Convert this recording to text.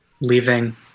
leaving